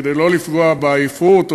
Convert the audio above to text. כדי לא לפגוע ולגרום עייפות,